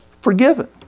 forgiven